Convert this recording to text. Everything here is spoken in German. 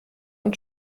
und